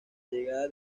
llegada